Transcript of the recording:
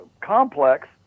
complex